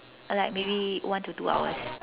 like maybe one to two hours